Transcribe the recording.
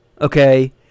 Okay